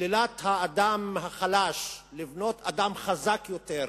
שלילת האדם החלש, לבנות אדם חזק יותר,